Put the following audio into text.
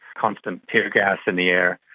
constant tear gas in the air,